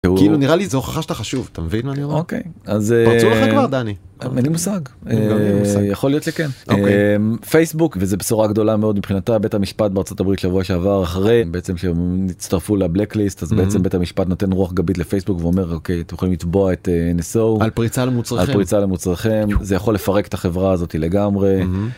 כאילו נראה לי זו הוכחה שאתה חשוב אתה מבין אוקיי אז אין לי מושג יכול להיות לי כן פייסבוק וזה בשורה גדולה מאוד מבחינתה בית המשפט בארצות הברית שבוע שעבר אחרי בעצם שהם הצטרפו ל-blacklist אז בעצם בית המשפט נותן רוח גבית לפייסבוק ואומר אוקיי אתם יכולים לתבוע את הנסור על פריצה למוצרכם זה יכול לפרק את החברה הזאת לגמרי.